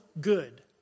good